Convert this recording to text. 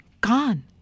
gone